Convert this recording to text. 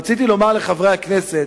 רציתי לומר לחברי הכנסת,